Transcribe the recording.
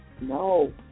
No